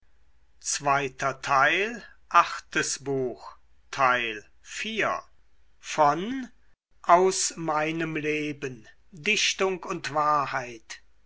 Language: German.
aus meinem leben dichtung und wahrheit